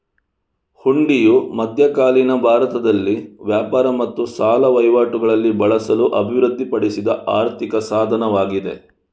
ಹುಂಡಿಯು ಮಧ್ಯಕಾಲೀನ ಭಾರತದಲ್ಲಿ ವ್ಯಾಪಾರ ಮತ್ತು ಸಾಲ ವಹಿವಾಟುಗಳಲ್ಲಿ ಬಳಸಲು ಅಭಿವೃದ್ಧಿಪಡಿಸಿದ ಆರ್ಥಿಕ ಸಾಧನವಾಗಿದೆ